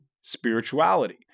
spirituality